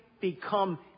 become